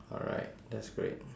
alright that's great